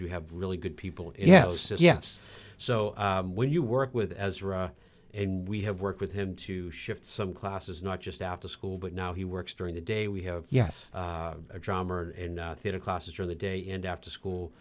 you have really good people in yes yes so when you work with ezra and we have worked with him to shift some classes not just after school but now he works during the day we have yes a drummer in theater classes during the day and after school